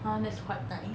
!huh! that's quite nice